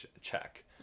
check